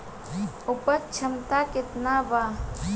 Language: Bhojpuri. उपज क्षमता केतना वा?